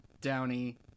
Downey